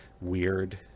weird